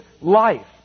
life